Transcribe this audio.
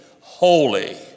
holy